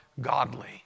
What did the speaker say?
godly